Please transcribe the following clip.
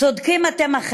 אכן, צודקים אתם.